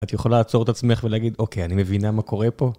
את יכולה לעצור את עצמך ולהגיד: "אוקיי אני מבינה מה קורה פה"?